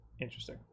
Interesting